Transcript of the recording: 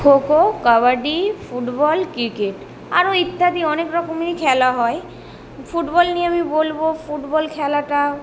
kho kho kabaddi football cricket আরো ইত্যাদি অনেক রকমেরই খেলা হয় ফুটবল নিয়ে আমি বলব ফুটবল খেলাটা